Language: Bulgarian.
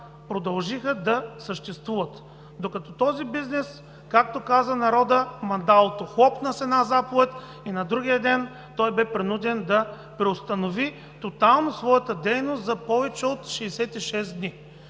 продължиха да съществуват. Докато в този бизнес, както каза народът, „мандалото хлопна“ с една заповед и на другия ден той бе принуден да преустанови тотално своята дейност за повече от 66 дни.